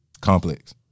Complex